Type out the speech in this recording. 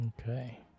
Okay